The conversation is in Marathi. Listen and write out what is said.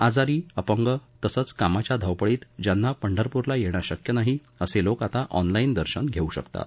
आजारी अपंग तसेच कामाच्या धावपळीत ज्यांना पंढरपूरला येणे शक्य नाही असे लोक आता ऑनलाईन दर्शन घेऊ शकतात